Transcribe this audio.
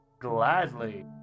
Gladly